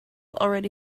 already